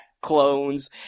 clones